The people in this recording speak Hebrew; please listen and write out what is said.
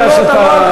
הוא יודע שאתה,